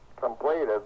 completed